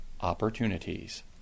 Opportunities